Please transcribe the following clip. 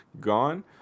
Gone